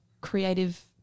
creative